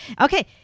Okay